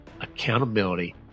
accountability